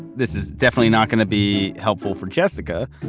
this is definitely not going to be helpful for jessica,